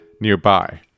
nearby